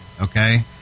okay